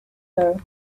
her